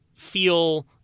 feel